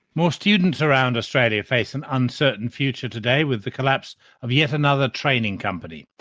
more students around australia face an uncertain future today with the collapse of yet another training company.